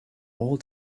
all